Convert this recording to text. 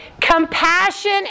Compassion